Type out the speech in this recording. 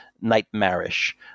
nightmarish